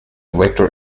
vector